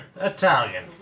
Italian